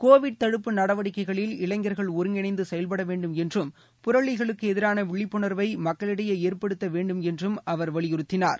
Covid தடுப்பு நடவடிக்கைகளில் இளைஞர்கள் ஒருங்கிணைந்து செயல்பட வேண்டும் என்றும் புரளிகளுக்கு எதிரான விழிப்புணர்வை மக்களிடையே ஏற்படுத்த வேண்டும் என்றும் அவர் வலியுறுத்தினார்